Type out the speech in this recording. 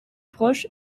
proche